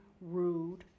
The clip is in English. rude